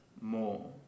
more